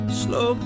slow